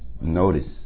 notice